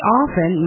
often